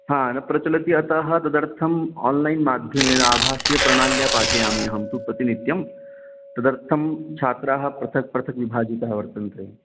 हा न प्रचलति अतः तदर्थं ओन्लैन् माध्यमेन आभाष्यप्रणाल्या पाठयामि अहं तु प्रतिनित्यं तदर्थं छात्राः पृथक् पृथक् विभाजिताः वर्तन्ते